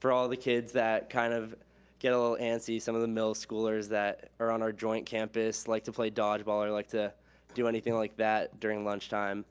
for all the kids that kind of get a little antsy, some of the middle schoolers that are on our joint campus like to play dodgeball, or like to do anything like that during lunchtime,